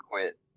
quit